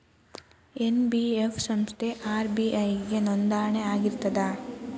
NBF ಸಂಸ್ಥಾ RBI ಗೆ ನೋಂದಣಿ ಆಗಿರ್ತದಾ?